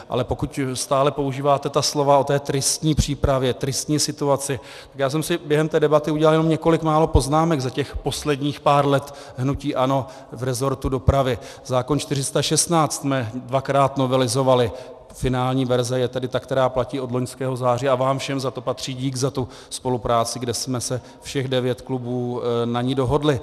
Ale pokud stále používáte ta slova o tristní přípravě, tristní situaci, tak já jsem si během té debaty udělal několik málo poznámek za těch posledních pár let hnutí ANO v resortu dopravy: Zákon 416 jsme dvakrát novelizovali, finální verze je tedy ta, která platí od loňského září, a vám všem patří dík za tu spolupráci, kde jsme se, všech devět klubů, na ní dohodli.